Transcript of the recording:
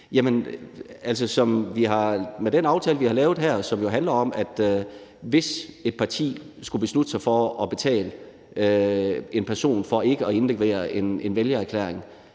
med den aftale, vi har lavet her, som handler om, at hvis et parti skulle beslutte sig for at betale en person for ikke at indlevere en vælgererklæring,